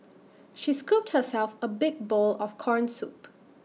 she scooped herself A big bowl of Corn Soup